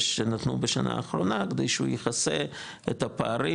שנתנו בשנה האחרונה כדי שהוא יכסה את הפערים,